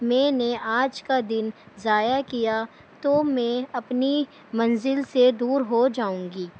میں نے آج کا دن ضائع کیا تو میں اپنی منزل سے دور ہو جاؤں گی